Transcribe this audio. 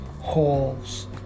halls